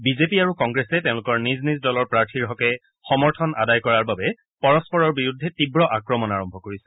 BJP আৰু কংগ্ৰেছে তেওঁলোকৰ নিজ নিজ দলৰ প্ৰাৰ্থীৰ হকে সমৰ্থন আদায় কৰাৰ বাবে পৰস্পৰৰ বিৰুদ্ধে তীৱ আক্ৰমণ আৰম্ভ কৰিছে